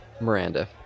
Miranda